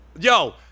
yo